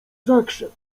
zakrzep